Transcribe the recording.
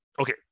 okay